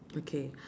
okay